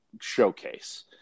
Showcase